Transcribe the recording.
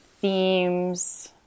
themes